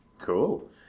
Cool